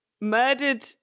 Murdered